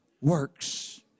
works